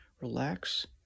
relax